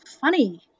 funny